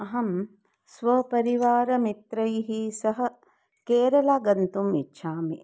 अहं स्वपरिवार मित्रैः सह केरलां गन्तुम् इच्छामि